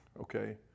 okay